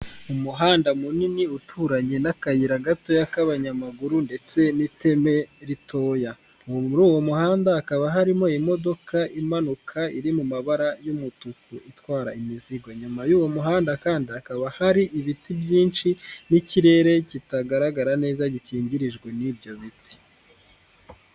Umuhanda munini uturanye n'akayira gato k'abanyamaguru ndetse n'iteme ritoya, muri uwo muhanda hakaba harimo imodoka imanuka iri mu mabara y'umutuku itwara imizigo, inyuma y'uwo muhanda kandi hakaba hari ibiti byinshi n'ikirere kitagaragara neza gikingirijwe n'ibyo biti.